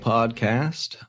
Podcast